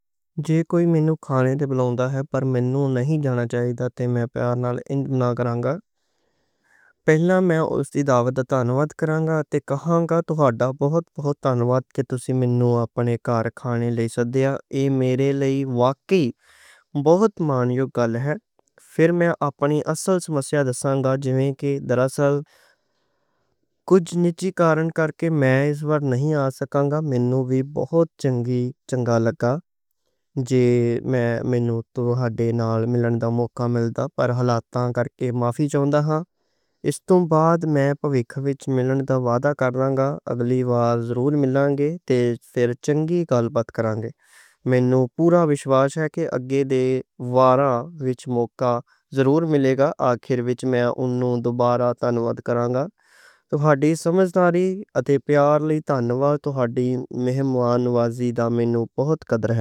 جے کوئی مینوں کھانا تے بلاؤندا ہے پر مینوں نہیں جانا چاہیدا۔ تاں تے میں پیار نال انج منا کرانگا، پہلا میں اُس دی دعوت تنّواد کرانگا تے کہانگا توہاڈا بہت بہت تنّواد کے تُسی مینوں اپنے کارخانے لئی سدیا۔ مینوں توہاڈے نال ملن دا موقعہ ملدا، پر حالاتاں کرکے معافی چاہندا ہاں۔ اس توں بعد میں بھَوِکھ وچ ملن دا وعدہ کرانگا، اگلی وار ضرور ملوں گے تے پھر چنگی گل بات کرانگے۔ مینوں پورا وشواش ہے کے اگے دے واراں وچ موقعہ ضرور ملے گا۔ آخر وچ میں اُنہنوں دوبارہ تنّواد کرانگا توہاڈی سمجھداری اتے پیار لئی تنّواد، توہاڈی مہمان نوازی دا مینوں بہت قدر ہے۔